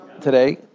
today